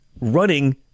running